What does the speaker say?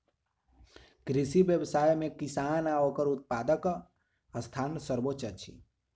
कृषि व्यवसाय मे किसान आ ओकर उत्पादकक स्थान सर्वोच्य अछि